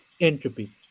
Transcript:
entropy